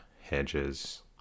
hedges